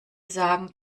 sagen